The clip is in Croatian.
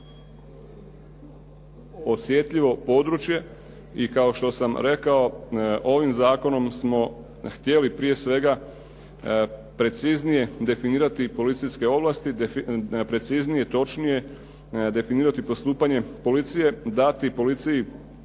osjetljivo područje i kao što sam rekao, ovim zakonom smo htjeli prije svega preciznije definirati policijske ovlasti, preciznije, točnije definirati postupanje policije, dati policiji